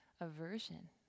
aversion